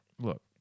look